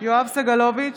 יואב סגלוביץ'